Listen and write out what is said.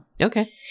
okay